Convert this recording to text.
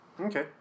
Okay